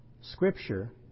Scripture